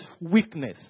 weakness